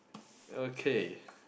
okay